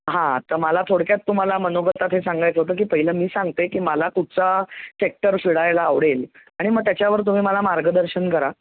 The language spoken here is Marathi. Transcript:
हां तर मला थोडक्यात तुम्हाला मनोगतात हे सांगायचं होतं की पहिलं मी सांगते की मला तुमचा सेक्टर फिरायला आवडेल आणि मग त्याच्यावर तुम्ही मला मार्गदर्शन करा